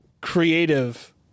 creative